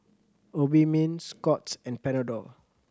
Obimin Scott's and Panadol